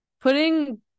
putting